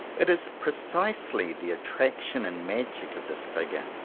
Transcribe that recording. it is precisely the attraction and magic of this figure,